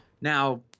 Now